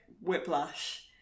whiplash